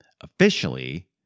Officially